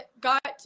got